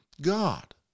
God